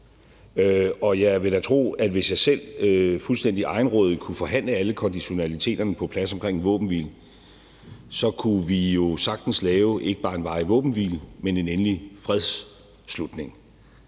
Jeg vil da tro, at hvis jeg selv fuldstændig egenrådigt kunne forhandle alle konditionaliteterne på plads omkring en våbenhvile, kunne vi jo sagtens lave ikke bare en varig våbenhvile, men en endelig fredsslutning.